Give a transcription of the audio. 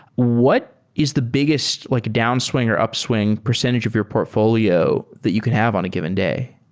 what is the biggest like downswing or upswing percentage of your portfolio that you can have on a given day?